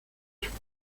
chole